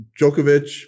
Djokovic